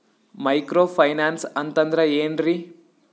Micro finance ಅಂತಂದ್ರ ಏನ್ರೀ?